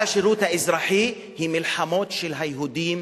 על השירות האזרחי, אלה מלחמות של היהודים